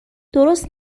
درست